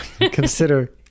Consider